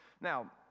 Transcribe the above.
Now